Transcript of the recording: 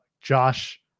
josh